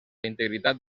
integritat